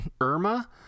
Irma